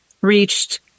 reached